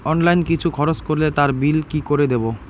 Online কিছু খরচ করলে তার বিল কি করে দেবো?